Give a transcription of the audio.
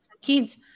kids